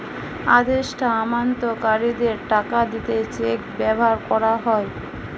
আদেষ্টা আমানতকারীদের টাকা দিতে চেক ব্যাভার কোরা হয়